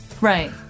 Right